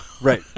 right